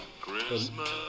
Christmas